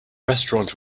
restaurant